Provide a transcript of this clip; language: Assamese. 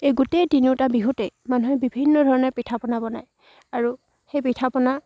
এই গোটেই তিনিওটা বিহুতেই মানুহে বিভিন্ন ধৰণে পিঠা পনা বনায় আৰু সেই পিঠা পনা